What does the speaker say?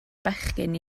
bechgyn